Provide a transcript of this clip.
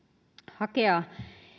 hakea